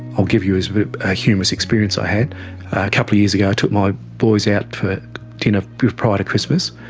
i'll give you a humorous experience i had. a couple of years ago i took my boys out for dinner prior to christmas,